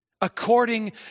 according